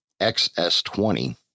XS20